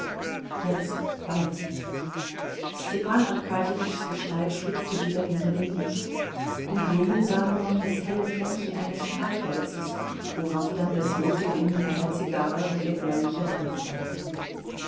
jetzt bald stepan arkadjewitschs gestalt schlüpfte wieder hinter den busch und ljewin sah nur noch das helle flämmchen eines streichholzes worauf dann das rote glimmen einer zigarre und ihr bläulicher dampf folgten